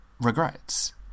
regrets